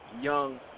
young